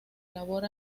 labor